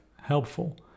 helpful